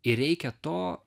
ir reikia to